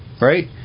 right